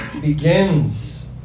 begins